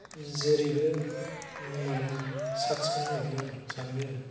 जेरैबो माने साब सिखोन होननानै आं सानो आरो